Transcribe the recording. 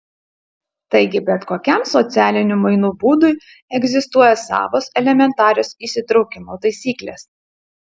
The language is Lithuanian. taigi bet kokiam socialinių mainų būdui egzistuoja savos elementarios įsitraukimo taisyklės